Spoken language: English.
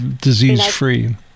disease-free